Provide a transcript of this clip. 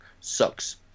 sucks